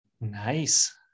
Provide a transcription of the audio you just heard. Nice